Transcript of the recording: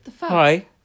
hi